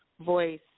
voice